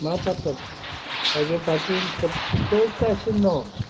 मा फाथ्था दं ओजों फारसे सोबख'गासिनो दङ